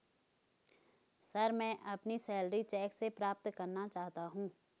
sir, मैं अपनी salary cheque से प्राप्त करना चाहता हूं